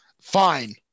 fine